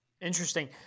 interesting